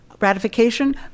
ratification